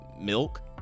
milk